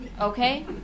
okay